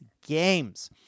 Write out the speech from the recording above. games